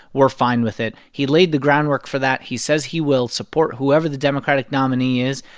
we're fine with it. he laid the groundwork for that. he says he will support whoever the democratic nominee is.